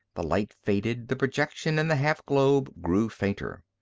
the light faded, the projection in the half-globe grew fainter.